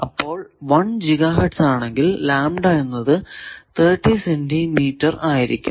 അപ്പോൾ 1 GHz ആണെങ്കിൽ lambda എന്നത് 30 സെന്റി മീറ്റർ ആയിരിക്കും